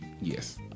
Yes